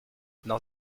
dans